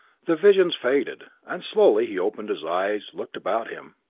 the visions faded, and slowly he opened his eyes, looked about him.